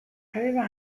aveva